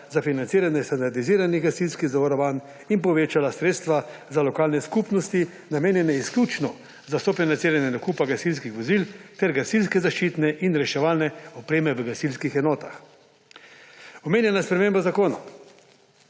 za financiranje standardiziranih gasilskih zavarovanj in povečala sredstva za lokalne skupnosti, namenjene izključno za sofinanciranje nakupa gasilskih vozil ter gasilske zaščitne in reševalne opreme v gasilskih enotah. Omenjena sprememba Zakona